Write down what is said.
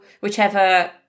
whichever